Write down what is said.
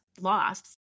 lost